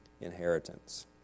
inheritance